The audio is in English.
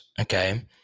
Okay